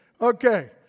Okay